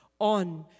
on